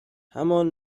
همان